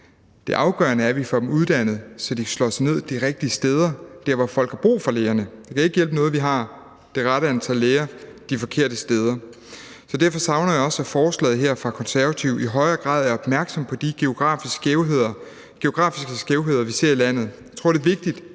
Det afgørende er, at vi få dem uddannet, så de slår sig ned de rigtige steder, nemlig der, hvor folk har brug for lægerne. Det kan ikke hjælpe noget, at vi har det rette antal læger de forkerte steder. Derfor savner jeg også, at man i forslaget her fra Konservative i højere grad er opmærksom på de geografiske skævheder, vi ser i landet. Jeg tror, det er vigtigt,